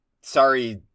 Sorry